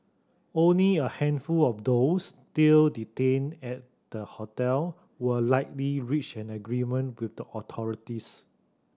only a handful of those still detained at the hotel were likely reach an agreement with the authorities